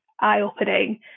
eye-opening